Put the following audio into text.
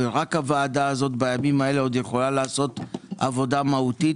רק הוועדה הזאת בימים האלה עוד יכולה לעשות עבודה מהותית,